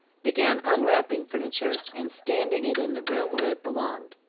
began unwrapping furniture and standing it in the room where it belonged.